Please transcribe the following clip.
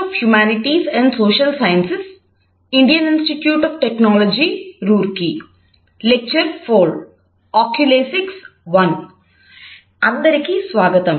అందరికీ స్వాగతం